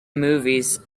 movies